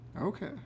Okay